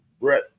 Brett